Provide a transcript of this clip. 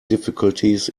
difficulties